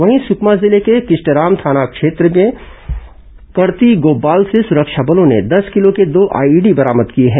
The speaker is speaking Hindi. वहीं सुकमा जिले के किस्टारम थाना क्षेत्र में कड़तीगोब्बाल से सुरक्षा बलों ने दस किलो के दो आईईडी बरामद किए हैं